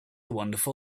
wonderful